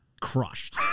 crushed